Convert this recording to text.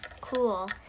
cool